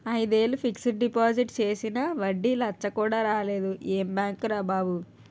ఐదేళ్ళు fixed deposit చేసినా వడ్డీ లచ్చ కూడా రాలేదు ఏం బాంకురా బాబూ